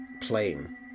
Plain